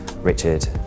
Richard